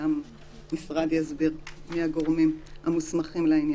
המשרד יסביר מי הגורמים המוסמכים לעניין.